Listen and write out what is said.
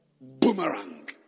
boomerang